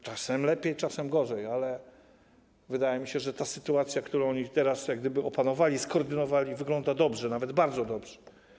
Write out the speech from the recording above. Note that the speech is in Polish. Czasem lepiej, czasem gorzej, ale wydaje mi się, że ta sytuacja, którą teraz opanowali, skoordynowali, wygląda dobrze, nawet bardzo dobrze.